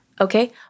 okay